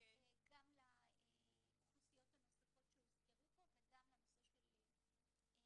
גם לאוכלוסיות הנוספות שהוזכרו פה וגם לנושא של חלופות מעצר.